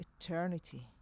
eternity